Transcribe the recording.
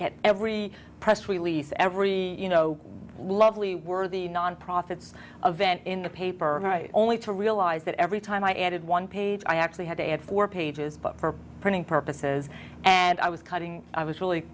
fit every press release every you know lovely worthy non profits event in the paper only to realize that every time i added one page i actually had to add four pages book for printing purposes and i was cutting i was really